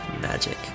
magic